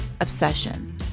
obsession